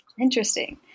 Interesting